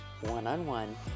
one-on-one